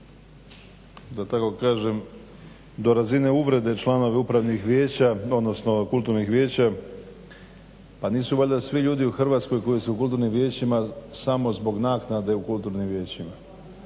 da tako kažem do razine uvrede članova upravnih vijeća, odnosno kulturnih vijeća. Pa nisu valjda svi ljudi u Hrvatskoj koji su u kulturnim vijećima samo zbog naknade u kulturnim vijećima.